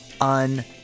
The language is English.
un